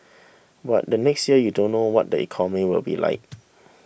but then next year you don't know what the economy will be like